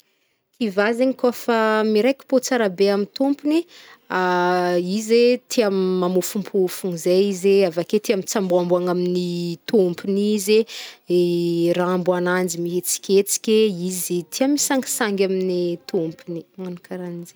Kivà zegny kô fa- miraiki-po tsara be amin'ny tompony, izy e tia m- mamôfompôfona zay izy e, avake tia mitsangboagnboagna amin'ny tompony izy e, rambo agnanjy mihetsiketsike. Izy tia misangisangy amin'ny- tompony. Agno karahanjegny.